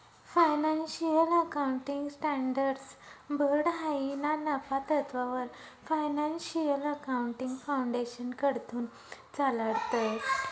financial accounting standards board हायी ना नफा तत्ववर फायनान्शियल अकाउंटिंग फाउंडेशनकडथून चालाडतंस